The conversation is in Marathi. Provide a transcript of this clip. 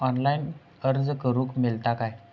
ऑनलाईन अर्ज करूक मेलता काय?